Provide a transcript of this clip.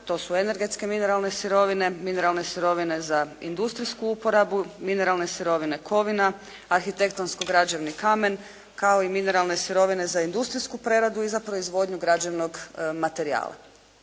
To su energetske mineralne sirovine, mineralne sirovine za industrijsku uporabu, mineralne sirovine kovina, arhitektonsko građevni kameni kao i mineralne sirovine za industrijsku preradu i za proizvodnju građevnog materijala.